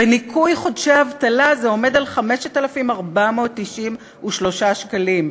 בניכוי חודשי אבטלה זה 5,493 שקלים.